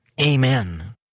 Amen